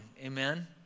Amen